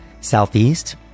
Southeast